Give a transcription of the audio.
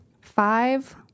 Five